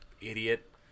idiot